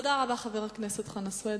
תודה רבה, חבר הכנסת חנא סוייד.